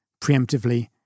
preemptively